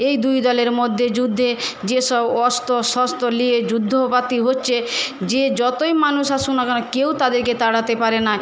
এই দুই দলের মধ্যে যুদ্ধে যেসব অস্ত্র শস্ত্র নিয়ে যুদ্ধপাতি হচ্ছে যে যতই মানুষ আসুক না কেন কেউ তাদেরকে তাড়াতে পারে না